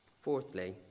Fourthly